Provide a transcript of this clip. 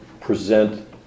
present